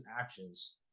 actions